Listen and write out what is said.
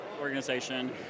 organization